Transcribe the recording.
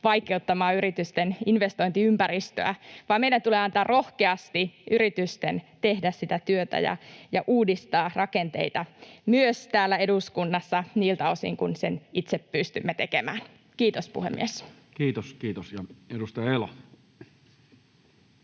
vaikeuttamaan yritysten investointiympäristöä, vaan meidän tulee antaa rohkeasti yritysten tehdä sitä työtä. Meidän tulee uudistaa rakenteita myös täällä eduskunnassa niiltä osin kuin sen itse pystymme tekemään. — Kiitos, puhemies. Kiitos, kiitos. — Ja edustaja Elo.